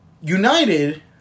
United